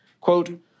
Quote